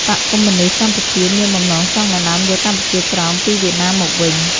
បក្សកុម្មុយនីស្តកម្ពុជា មានបំណងចង់ដណ្តើមយកកម្ពុជាក្រោម" ពីវៀតណាមមកវិញ។